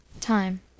Time